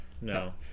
No